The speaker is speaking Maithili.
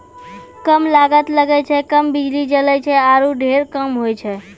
कम लागत लगै छै, कम बिजली जलै छै आरो ढेर काम होय छै